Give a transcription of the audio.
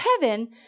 heaven